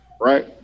Right